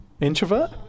introvert